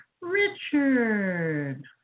Richard